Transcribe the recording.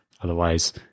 Otherwise